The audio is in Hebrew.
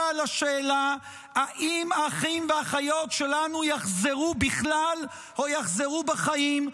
על השאלה אם האחים והאחיות שלנו יחזרו בכלל או יחזרו בחיים,